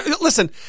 Listen